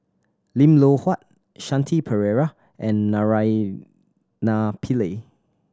Lim Loh Huat Shanti Pereira and Naraina Pillai